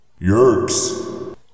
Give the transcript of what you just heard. Yerks